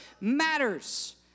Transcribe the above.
matters